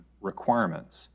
requirements